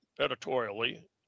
editorially